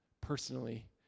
personally